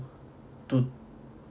to